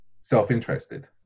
self-interested